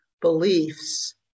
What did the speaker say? beliefs